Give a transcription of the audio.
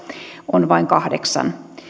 on vain kahdeksan